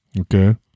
Okay